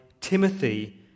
Timothy